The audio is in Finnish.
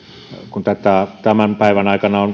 kun tätä tämän päivän aikana